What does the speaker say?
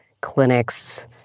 clinics